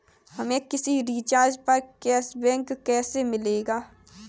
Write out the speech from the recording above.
हमें किसी रिचार्ज पर कैशबैक कैसे मिलेगा?